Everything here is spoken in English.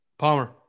Palmer